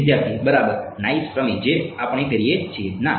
વિદ્યાર્થી બરાબર નાઇસ પ્રમેય જે આપણે કરીએ છીએ ના